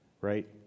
right